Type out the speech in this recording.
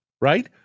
right